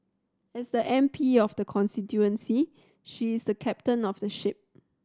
as the M P of the constituency she is the captain of the ship